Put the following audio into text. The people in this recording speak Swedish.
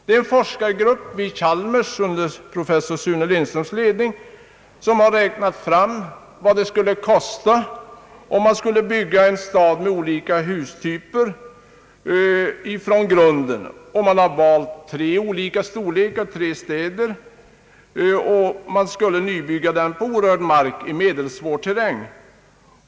En forskargrupp vid Chalmers under professor Sune Lindströms ledning har räknat fram vad det skulle kosta att bygga en stad med olika hustyper från grunden. Man har valt tre städer av olika storlek som skulle nybyggas på orörd mark i medelsvår terräng.